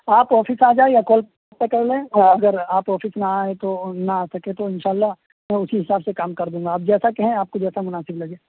آپ آفس آ جائیں یا کال پہ پتہ کر لیں اگر آپ آفس نہ آئیں تو نہ آ سکیں تو ان شاء اللہ میں اسی حساب سے کام کر دوں گا آپ جیسا کہیں آپ کو جیسا مناسب لگے